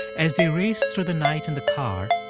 as they raced through the night in the car.